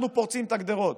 אנחנו פורצים את הגדרות,